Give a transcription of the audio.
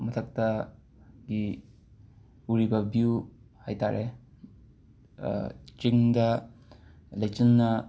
ꯃꯊꯛꯇꯒꯤ ꯎꯔꯤꯕ ꯕ꯭ꯌꯨ ꯍꯥꯏꯇꯥꯔꯦ ꯆꯤꯡꯗ ꯂꯩꯆꯤꯜꯅ